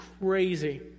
crazy